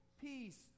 peace